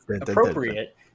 appropriate